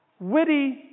witty